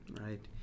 Right